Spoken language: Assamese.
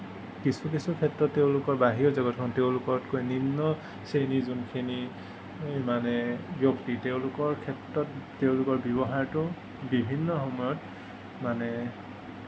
কিছু কিছু ক্ষেত্ৰত তেওঁলোকৰ বাহিৰৰ জগতখনত তেওঁলোকৰ নিম্ন শ্ৰেণী যোনখিনি মানে ব্য়ক্তি তেওঁলোকৰ ক্ষেত্ৰত তেওঁলোকৰ ব্যৱহাৰটো বিভিন্ন সময়ত মানে